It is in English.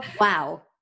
wow